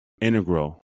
integral